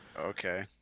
Okay